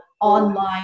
online